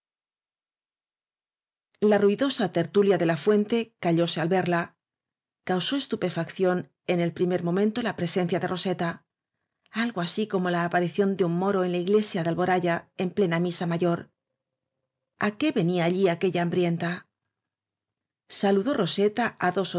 la ruidosa tertulia de la fuente callóse al verla causó estupefacción en el primer mo mento la presencia de roseta algo así como la aparición de un moro en la iglesia de albo raya en plena misa mayor a qué venía allí aquella hambrienta saludó roseta á dos